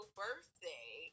birthday